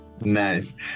Nice